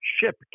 ship